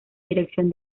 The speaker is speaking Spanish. dirección